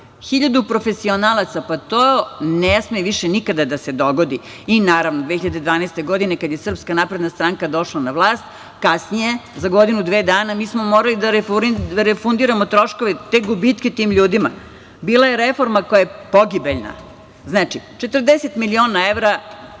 Hiljadu profesionalaca, pa to ne sme više nikada da se dogodi. Naravno, 2012. godine, kada je SNS došla na vlast, kasnije, za godinu, dve dana, mi smo morali da refundiramo troškove, te gubitke tim ljudima. Bila je reforma koja je pogibeljna. Znači, 40 miliona evra